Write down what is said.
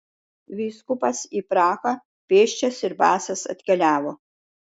vyskupas į prahą pėsčias ir basas atkeliavo